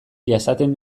jasaten